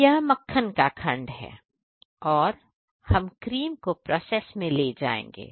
तो यह मक्खन का खंड है और हम क्रीम को प्रोसेस में ले जाएंगे